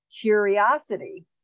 curiosity